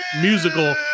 musical